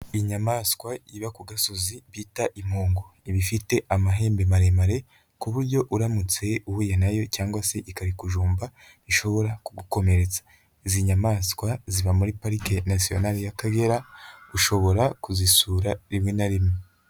Iyi inyamaswa iba ku gasozi bita impongo, ibafite amahembe maremare, ku buryo uramutse uhuye nayo cyangwa se ikarikujumba ishobora kugukomeretsa, izi nyamaswa ziba muri Parike nasiyonali y'Akagera, ushobora kuzisura rimwe na rimwe.